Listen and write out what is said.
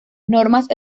normas